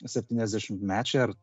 septyniasdešimmečiai ar